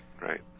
right